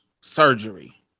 surgery